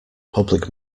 public